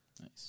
Nice